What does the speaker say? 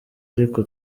ariko